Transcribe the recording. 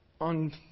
on